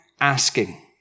asking